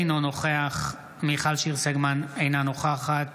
אינו נוכח מיכל שיר סגמן, אינה נוכחת